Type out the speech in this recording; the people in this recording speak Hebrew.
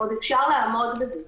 הקרובים נקבל נתונים מעודכנים